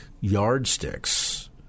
yardsticks